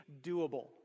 doable